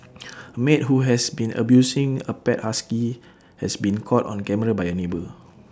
A maid who has been abusing A pet husky has been caught on camera by A neighbour